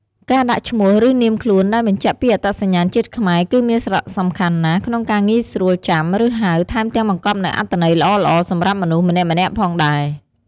ការដាក់ឈ្មោះឬនាមខ្លួន ដែលបញ្ជាក់ពីអត្តសញ្ញាណជាតិខ្មែរគឺមានសារៈសំខាន់ណាស់ ក្នុងការងាយស្រួលចាំឫហៅ ថែមទាំងបង្កប់នូវអត្តន័យល្អៗសម្រាប់មនុស្សម្នាក់ៗផងដែរ។